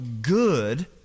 good